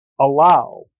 allow